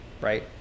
right